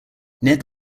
ned